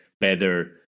better